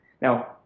Now